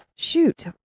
Shoot